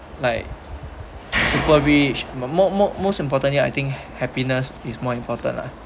like super rich mo~ mo~ most importantly I think happiness is more important lah